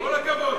כל הכבוד.